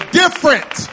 different